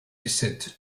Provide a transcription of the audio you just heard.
descent